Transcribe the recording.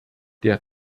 der